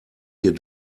hier